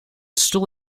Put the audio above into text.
stoel